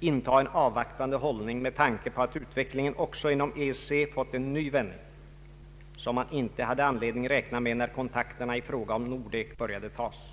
inta en avvaktande hållning med tanke på att utvecklingen också inom EEC fått en ny vändning, som man inte hade anledning räkna med när kontakterna i fråga om Nordek började tas.